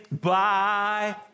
bye